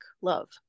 love